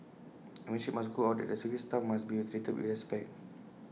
A message must go out that service staff must be treated with respect